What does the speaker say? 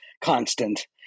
constant